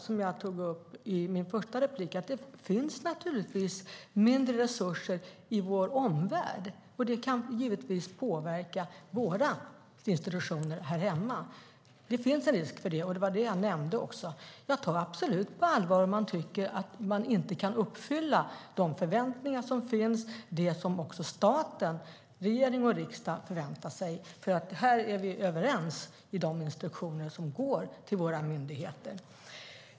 Som jag tog upp i mitt tidigare inlägg finns det naturligtvis mindre resurser i vår omvärld, och det finns givetvis en risk för att det kan påverka våra institutioner här hemma. Jag tar det absolut på allvar om man tycker att man inte kan infria de förväntningar som finns, alltså det som staten - regering och riksdag - förväntar sig. Här är vi överens om de instruktioner som går till våra myndigheter.